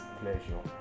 pleasure